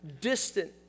distant